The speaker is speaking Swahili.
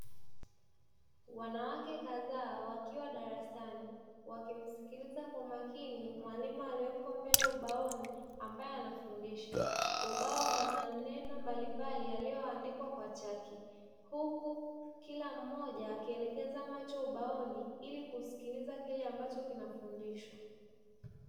Wanawake kadhaa wakiwa darasani, wakimsikiliza kwa makini mwalimu aliyeko mbele ubaoni ambaye anafundisha. Ubao una maneno mbalimbali yaliyoandikwa kwa chaki, huku kila mmoja akielekeza macho ubaoni ili kusikiliza kile ambacho kinafundishwa.